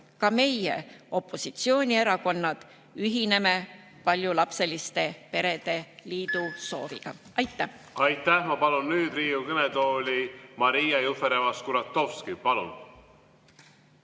Ka meie, opositsioonierakonnad, ühineme paljulapseliste perede liidu sooviga. Aitäh! Aitäh! Ma palun nüüd Riigikogu kõnetooli Maria Jufereva-Skuratovski. Palun!